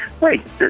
wait